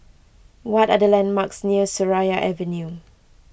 what are the landmarks near Seraya Avenue